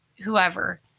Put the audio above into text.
whoever